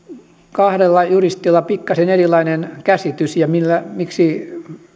kahdella juristilla pikkasen erilainen käsitys ja siihen miksi